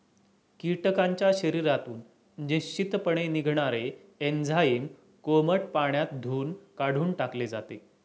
कीटकांच्या शरीरातून निश्चितपणे निघणारे एन्झाईम कोमट पाण्यात धुऊन काढून टाकले जाते